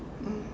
mm